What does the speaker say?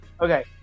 Okay